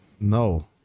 no